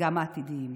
וגם העתידיים.